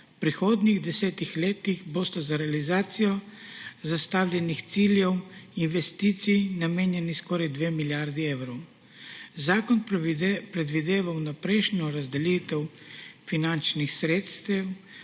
v prihodnjih 10 letih boste za realizacijo zastavljenih cilj investicij namenjali skoraj dve milijardi evrov. Zakon predvideva vnaprejšnjo razdelitev finančnih sredstev